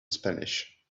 spanish